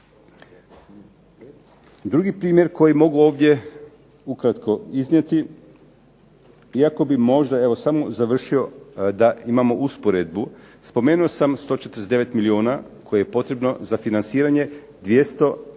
Drugi primjer koji mogu ovdje ukratko iznijeti, iako bi možda, evo samo završio da imamo usporedbu. Spomenuo sam 149 milijuna koje je potrebno za financiranje 2 tisuće